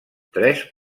tres